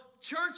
church